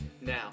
Now